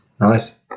Nice